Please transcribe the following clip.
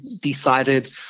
decided